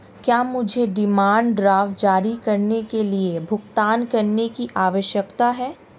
क्या मुझे demand draft जारी करने के लिए भुगतान करने की आवश्यकता है?